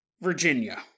Virginia